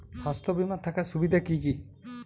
স্বাস্থ্য বিমা থাকার সুবিধা কী কী?